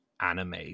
anime